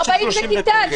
40 זה כיתה.